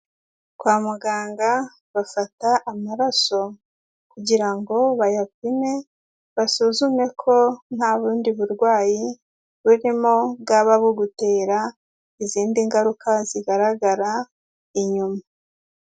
Kwa muganga bafata amaraso kugira ngo bayapime, basuzume ko nta bundi burwayi burimo bwaba bugutera izindi ngaruka zigaragara inyuma.